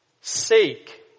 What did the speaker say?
Seek